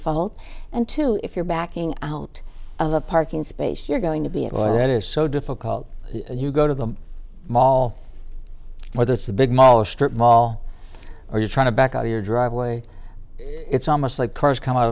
fall and two if you're backing out of a parking space you're going to be at war that is so difficult you go to the mall whether it's a big mall or strip mall are you trying to back out of your driveway it's almost like cars come out